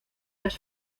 las